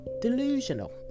Delusional